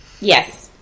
Yes